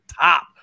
top